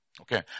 Okay